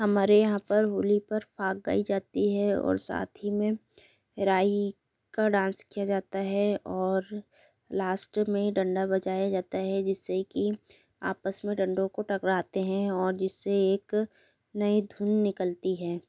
हमारे यहाँ पर होली पर फाग गाई जाती है और साथ ही में राई का डाँस किया जाता है और लास्ट में डंडा बजाया जाता है जिससे कि आपस में डंडों को टकराते हैं और जिससे एक नई धुन निकलती है